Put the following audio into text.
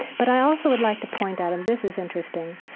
but i also would like to point out, and this is interesting,